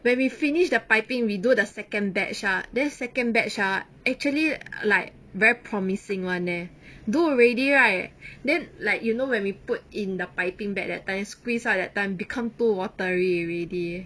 when we finished the piping we do the second batch ah then second batch ah actually like very promising [one] leh do already right then like you know when we put in the piping bag that time squeeze out that time become too watery already